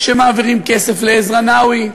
שמעבירים כסף לעזרא נאווי,